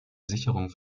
sicherung